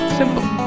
simple